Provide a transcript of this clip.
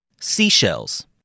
Seashells